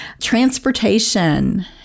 Transportation